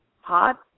hot